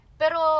pero